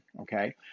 okay